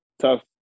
tough –